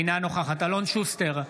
אינה נוכחת אלון שוסטר,